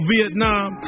Vietnam